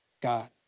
God